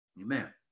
Amen